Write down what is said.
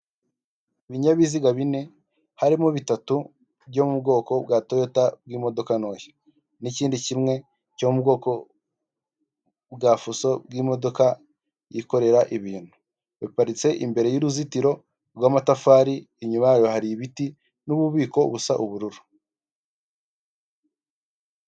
Ibinyabiziga bine, harimo bitatu byo mu bwoko bwa toyota bwi'modoka ntoya; n'ikindi kimwe cyo mu bwoko bwa fuso bw'imodoka yikorera ibintu; biparitse imbere y'uruzitiro rw'amatafari, inyuma yayo hari ibiti n'ububiko busa ubururu.